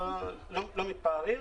לא מתפארים.